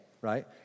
right